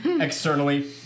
Externally